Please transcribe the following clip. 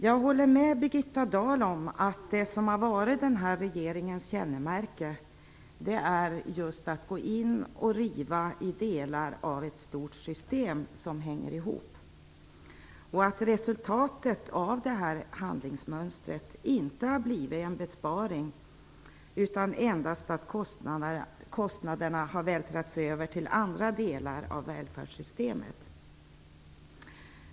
Jag håller med Birgitta Dahl om att den här regeringens kännetecken har varit att riva i delar av ett stort system som hänger ihop. Resultatet av det handlingsmönstret har inte blivit en besparing utan endast lett till att kostnaderna vältrats över till andra delar av välfärdssystemet.